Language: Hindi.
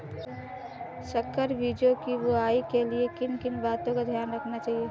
संकर बीजों की बुआई के लिए किन किन बातों का ध्यान रखना चाहिए?